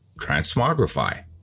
transmogrify